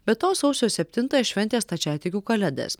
be to sausio septintąją šventė stačiatikių kalėdas